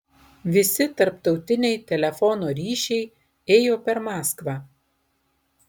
visi tarptautiniai telefono ryšiai ėjo per maskvą